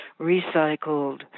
recycled